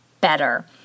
better